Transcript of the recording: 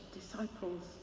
disciples